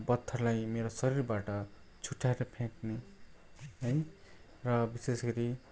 पत्थरलाई मेरो शरीरबाट छुट्याएर फ्याँक्ने है र विशेष गरी